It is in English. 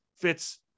fits